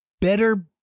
better